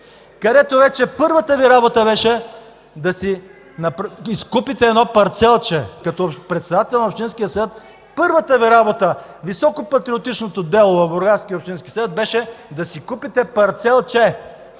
където първата Ви работа беше да си изкупите едно парцелче. Като председател на Общинския съвет първата Ви работа – високопатриотичното дело в Бургаския общински съвет, беше да си купите парцелче.